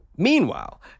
Meanwhile